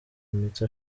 imitsi